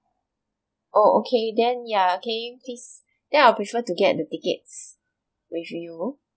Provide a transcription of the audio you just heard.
oh okay then ya can you please then I'll prefer to get the tickets with you